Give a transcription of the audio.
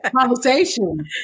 conversation